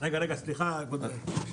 זאת ההגדרה של היתר נהיגה.